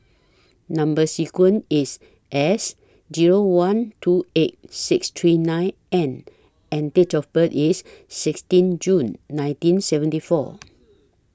Number sequence IS S Zero one two eight six three nine N and Date of birth IS sixteen June nineteen seventy four